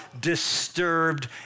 disturbed